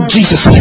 Jesus